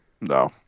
No